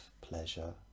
pleasure